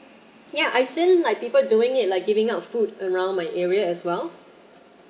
you know I seen like people doing it like giving out food around my area as well